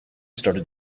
started